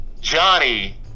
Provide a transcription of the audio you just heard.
Johnny